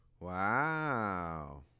Wow